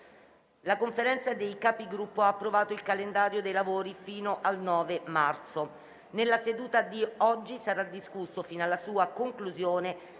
La Conferenza dei Capigruppo ha approvato il calendario dei lavori fino al 9 marzo. Nella seduta di oggi sarà discusso, fino alla sua conclusione,